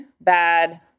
bad